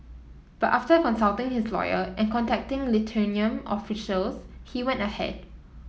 but after consulting his lawyer and contacting Lithuanian officials he went ahead